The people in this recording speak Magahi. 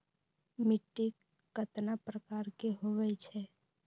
मिट्टी कतना प्रकार के होवैछे?